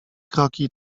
kroki